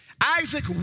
Isaac